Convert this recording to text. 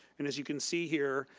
and as you can see here,